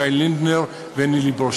שי לינדנר ונילי ברוש.